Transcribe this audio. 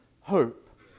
hope